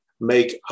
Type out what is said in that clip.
make